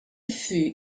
fut